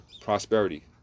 prosperity